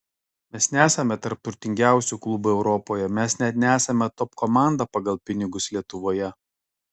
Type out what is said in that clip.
mes nesame tarp turtingiausių klubų europoje mes net nesame top komanda pagal pinigus lietuvoje